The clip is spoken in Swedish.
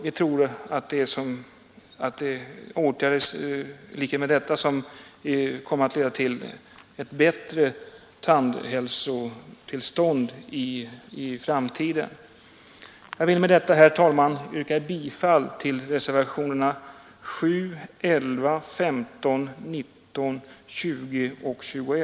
Vi tror att åtgärder som dessa kommer att leda till ett bättre tandhälsotillstånd i framtiden. Jag vill med det anförda, herr talman, yrka bifall till reservationerna VII, XI, XV, XIX, XX och XXI.